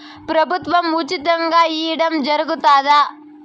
ప్రభుత్వం ఉచితంగా ఇయ్యడం జరుగుతాదా?